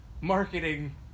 marketing